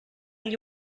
gli